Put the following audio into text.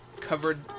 covered